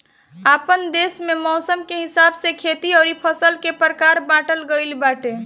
आपन देस में मौसम के हिसाब से खेती अउरी फसल के प्रकार बाँटल गइल बाटे